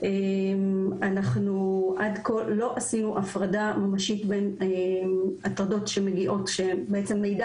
אנחנו עד כה לא עשינו הפרדה ממשית בין הטרדות שמגיעות שבעצם מידע